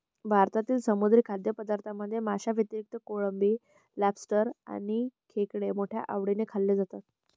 भारतातील समुद्री खाद्यपदार्थांमध्ये माशांव्यतिरिक्त कोळंबी, लॉबस्टर आणि खेकडे मोठ्या आवडीने खाल्ले जातात